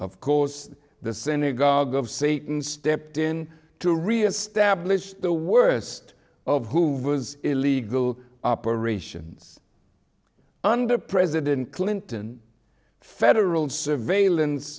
of course the synagogue of satan stepped in to reestablish the worst of hoover's illegal operations under president clinton federal surveillance